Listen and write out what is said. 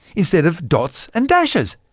instead of dots and dashes.